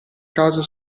caso